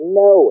no